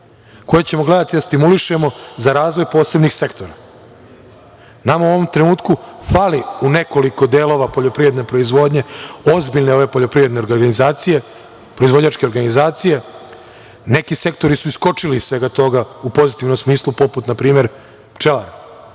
koje ćemo gledati da stimulišemo za razvoj posebnih sektora. Nama u ovom trenutku fali u nekoliko delova poljoprivredne proizvodnje, ozbiljne ove poljoprivredne organizacije, proizvođačke organizacije. Neki sektori su iskočili iz svega toga u pozitivnom smislu, poput npr. pčelara.